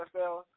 NFL